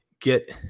get